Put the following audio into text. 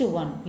one